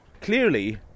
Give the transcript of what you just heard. clearly